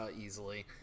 easily